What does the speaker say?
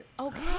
Okay